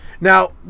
now